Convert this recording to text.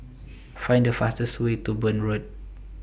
Find The fastest Way to Burn Road